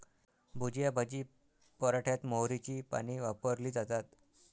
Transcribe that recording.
भुजिया भाजी पराठ्यात मोहरीची पाने वापरली जातात